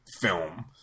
film